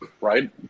Right